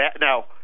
Now